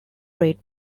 rate